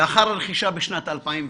-- לאחר הרכישה, בשנת 2010,